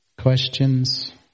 questions